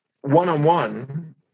one-on-one